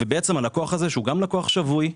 הלקוח הזה, שהוא גם לקוח שבוי,